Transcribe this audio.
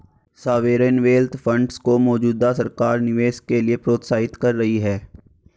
sovereign wealth funds को मौजूदा सरकार निवेश के लिए प्रोत्साहित कर रही है